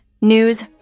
news